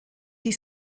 die